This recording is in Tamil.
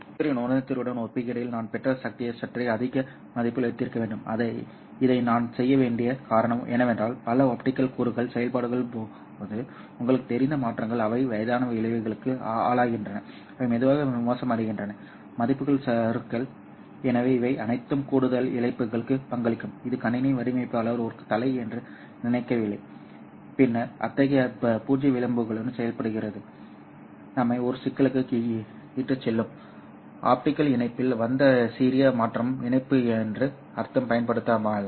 ரிசீவரின் உணர்திறனுடன் ஒப்பிடுகையில் நான் பெற்ற சக்தியை சற்றே அதிக மதிப்பில் வைத்திருக்க வேண்டும் இதை நான் செய்ய வேண்டிய காரணம் என்னவென்றால் பல ஆப்டிகல் கூறுகள் செயல்பாட்டின் போது உங்களுக்குத் தெரிந்த மாற்றங்கள் அவை வயதான விளைவுகளுக்கு ஆளாகின்றன அவை மெதுவாக மோசமடைகின்றன மதிப்புகள் சறுக்கல் எனவே இவை அனைத்தும் கூடுதல் இழப்புகளுக்கு பங்களிக்கும் இது கணினி வடிவமைப்பாளர் ஒரு தலை என்று நினைக்கவில்லை பின்னர் அத்தகைய பூஜ்ஜிய விளிம்புடன் செயல்படுவது நம்மை ஒரு சிக்கலுக்கு இட்டுச் செல்லும் ஆப்டிகல் இணைப்பில் எந்த சிறிய மாற்றமும் இணைப்பு என்று அர்த்தம் பயன்படுத்தப்படாமல்